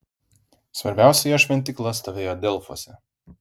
svarbiausia jo šventykla stovėjo delfuose